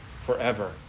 forever